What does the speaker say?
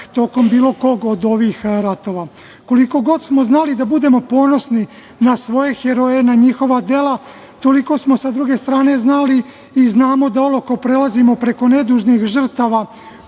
tokom bilo kog od ovih ratova. Koliko god smo znali da budemo ponosni na svoje heroje, na njihova dela, toliko smo sa druge strane znali i znamo da olako prelazimo preko nedužnih žrtava